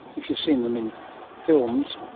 if you've seen them in films,